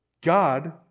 God